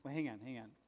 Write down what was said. hang on. hang on.